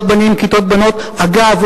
התשס"ג 2003,